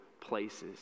places